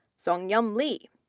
seunghyum lee,